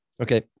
Okay